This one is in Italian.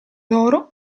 loro